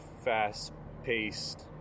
fast-paced